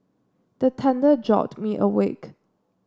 the thunder jolt me awake